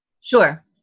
Sure